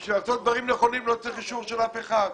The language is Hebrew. כדי לעשות דברים נכונים לא צריך אישור של אף אחד.